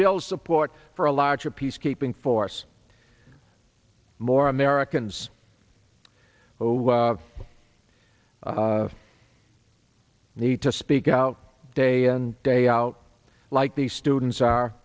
build support for a larger peacekeeping force more americans who need to speak out day in day out like these students are